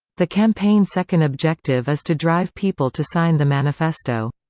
the campaign second objective is to drive people to sign the manifesto.